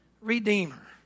redeemer